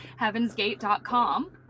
heavensgate.com